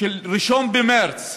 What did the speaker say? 1 במרס